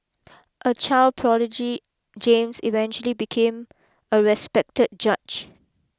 a child prodigy James eventually became a respected judge